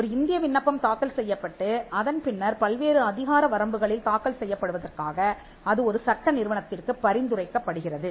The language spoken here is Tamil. ஒரு இந்திய விண்ணப்பம் தாக்கல் செய்யப்பட்டு அதன் பின்னர்பல்வேறு அதிகார வரம்புகளில் தாக்கல் செய்யப்படுவதற்காக அது ஒரு சட்ட நிறுவனத்திற்குப் பரிந்துரைக்கப்படுகிறது